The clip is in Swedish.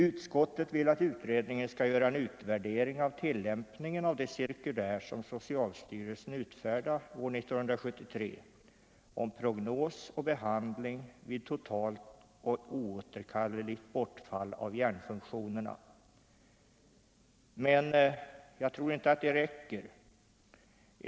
Utskottet vill att utredningen skall göra en utvärdering av tillämpningen av det cirkulär som socialstyrelsen utfärdade år 1973 om prognos och behandling vid totalt och oåterkalleligt bortfall av hjärnfunktionerna, men jag tror inte att det räcker.